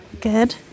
Good